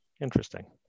Interesting